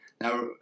Now